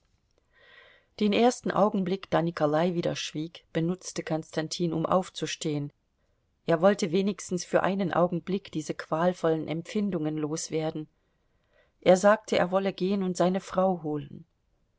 den ersten augenblick da nikolai wieder schwieg benutzte konstantin um aufzustehen er wollte wenigstens für einen augenblick diese qualvollen empfindungen loswerden er sagte er wolle gehen und seine frau holen